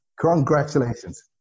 Congratulations